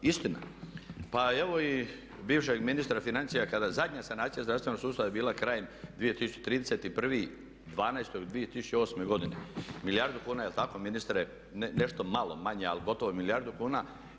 Istina, pa evo i bivšeg ministra financija kada zadnja sanacija zdravstvenog sustava je bila krajem 2000. 31.12.2008. godine milijardu kuna, jel' tako ministre, nešto malo manje, ali gotovo milijardu kuna.